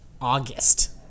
August